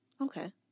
Okay